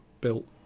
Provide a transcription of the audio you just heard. built